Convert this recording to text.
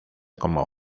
como